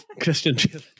Christian